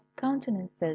countenances